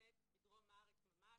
שנמצאת בדרום הארץ ממש,